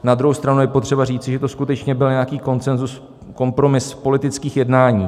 Na druhou stranu je potřeba říci, že to skutečně byl nějaký konsenzus, kompromis politických jednání.